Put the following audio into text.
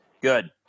Good